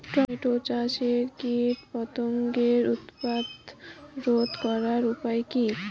Tomato চাষে কীটপতঙ্গের উৎপাত রোধ করার উপায় কী?